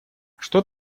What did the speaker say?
что